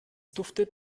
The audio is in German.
duftet